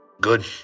good